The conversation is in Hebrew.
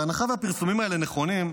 בהנחה שהפרסומים האלה נכונים,